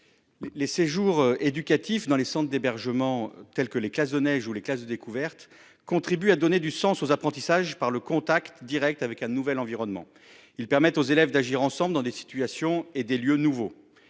Les séjours éducatifs dans les centres d'hébergement, tels que les classes de neige ou les classes de découverte, contribuent à donner du sens aux apprentissages par le contact direct avec un nouvel environnement. Ils permettent aux élèves d'agir ensemble dans des situations et des lieux nouveaux.